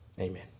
Amen